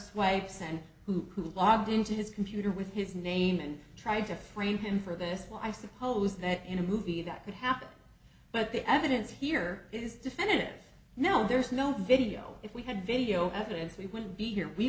swipes and who logged into his computer with his name and tried to frame him for this well i suppose that in a movie that could happen but the evidence here is definitive no there's no video if we have video evidence we wouldn't be here we